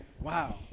Wow